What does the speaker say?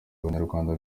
banyarwanda